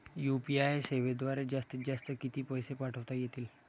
UPI सेवेद्वारे जास्तीत जास्त किती पैसे पाठवता येतील?